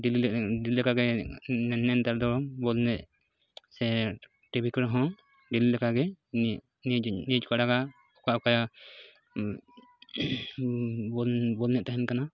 ᱰᱮᱞᱤᱞᱮ ᱰᱮᱞᱤᱞᱮ ᱞᱟᱠᱟᱜᱮ ᱱᱮᱱ ᱱᱮᱛᱟᱨ ᱫᱚ ᱵᱚᱞ ᱮᱱᱮᱡ ᱥᱮ ᱴᱤᱵᱷᱤ ᱠᱚᱨᱮ ᱦᱚᱸ ᱰᱮᱞᱤ ᱞᱮᱠᱟᱜᱮ ᱱᱤ ᱱᱤᱭᱩᱡᱽ ᱱᱤᱭᱩᱡᱽ ᱠᱚ ᱟᱲᱟᱜᱟ ᱚᱠᱟ ᱚᱠᱟ ᱵᱚᱞ ᱵᱚᱞ ᱮᱱᱮᱡ ᱛᱟᱦᱮᱱ ᱠᱟᱱᱟ